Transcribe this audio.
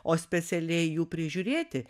o specialiai jų prižiūrėti